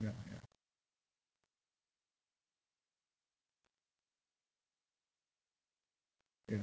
ya ya ya